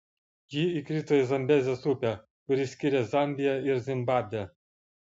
ji įkrito į zambezės upę kuri skiria zambiją ir zimbabvę